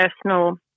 personal